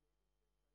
זה שגר